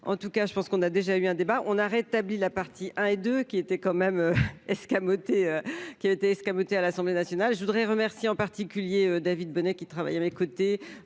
en tout cas je pense qu'on a déjà eu un débat, on a rétabli la partie hein et de qui était quand même escamoté, qui a été escamotée à l'Assemblée nationale, je voudrais remercier en particulier David Bonnet qui travaille à mes côtés,